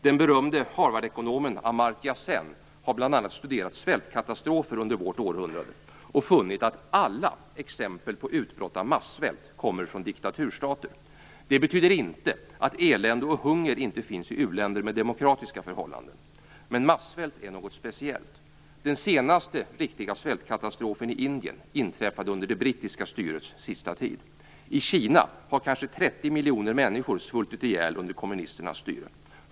Den berömde Harvardekonomen Amartya Sen har bl.a. studerat svältkatastrofer under vårt århundrade och funnit att alla exempel på utbrott av massvält kommer från diktaturstater. Det betyder inte att elände och hunger inte finns i u-länder med demokratiska förhållanden. Men massvält är något speciellt. Den senaste riktiga svältkatastrofen i Indien inträffade under det brittiska styrets sista tid. I Kina har kanske 30 miljoner människor svultit ihjäl under kommunisternas styre.